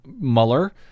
Mueller